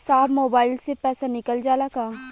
साहब मोबाइल से पैसा निकल जाला का?